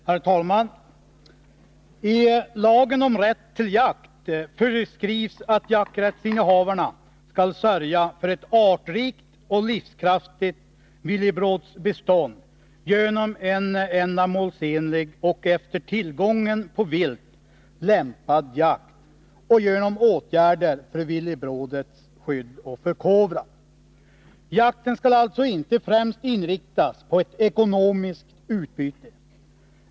Herr talman! I lagen om rätt till jakt föreskrivs att jakträttsinnehavarna skall sörja för ett artrikt och livskraftigt villebrådsbestånd genom en ändamålsenlig och efter tillgången på vilt lämpad jakt och genom åtgärder för villebrådets skydd och förkovran. Jakten skall alltså inte främst inriktas på ett ekonomiskt utbyte.